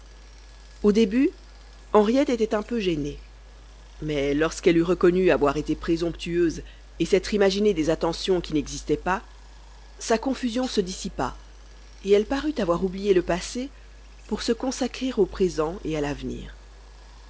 au début henriette était un peu gênée mais lorsqu'elle eut reconnu avoir été présomptueuse et s'être imaginé des attentions qui n'existaient pas sa confusion se dissipa et elle parut avoir oublié le passé pour se consacrer au présent et à l'avenir